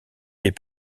est